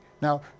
Now